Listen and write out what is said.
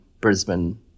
Brisbane